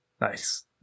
Nice